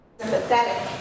sympathetic